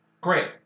Great